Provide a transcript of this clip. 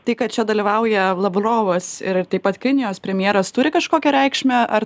tai kad čia dalyvauja lavrovas ir taip pat kinijos premjeras turi kažkokią reikšmę ar